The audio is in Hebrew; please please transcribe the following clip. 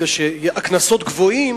הקנסות גבוהים,